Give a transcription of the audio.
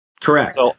Correct